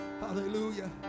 hallelujah